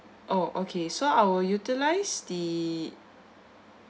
oh okay so I will utilize the